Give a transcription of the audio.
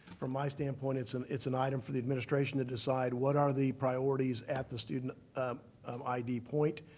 from my standpoint, it's and it's an item for the administration to decide, what are the priorities at the student um id point.